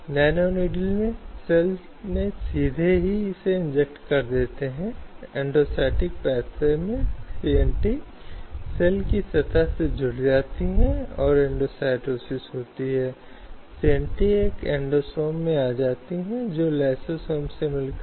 अब quid pro quo आम तौर पर इसके लिए संदर्भित करता है जहां एक नियोक्ता एक नियोक्ता से यौन एहसान प्राप्त करने पर पदोन्नति उच्च वेतन शैक्षणिक प्रगति आदि के वादे जैसे मूर्त कार्य संबंधित परिणाम बनाता है